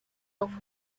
off